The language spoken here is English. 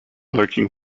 lurking